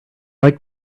like